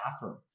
bathroom